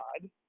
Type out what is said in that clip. god